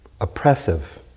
oppressive